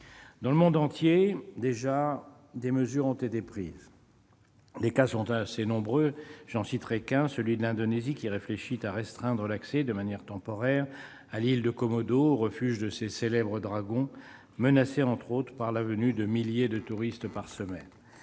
Dans le monde entier, des mesures ont été prises. Les cas sont assez nombreux. Je n'en citerai qu'un, celui de l'Indonésie, qui réfléchit à restreindre l'accès, de manière temporaire, à l'île de Komodo, refuge de ses célèbres dragons menacés, entre autres, par la venue de milliers de touristes chaque semaine.